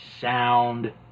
sound